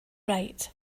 right